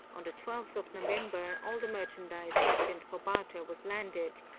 on the twelfth of november all the merchandise destined for barter was landed,